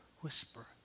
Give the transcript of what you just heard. whisper